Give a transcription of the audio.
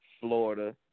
Florida